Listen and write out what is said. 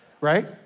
right